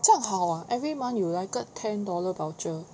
这样好 ah every month 有个 a ten dollar voucher